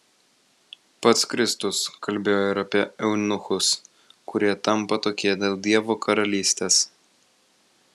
pats kristus kalbėjo ir apie eunuchus kurie tampa tokie dėl dievo karalystės